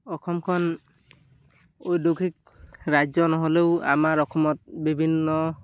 অসমখন ঐদ্যোগিক ৰাজ্য নহ'লেও আমাৰ অসমত বিভিন্ন